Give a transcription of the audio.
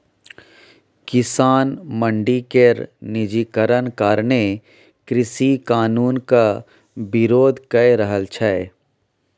किसान मंडी केर निजीकरण कारणें कृषि कानुनक बिरोध कए रहल छै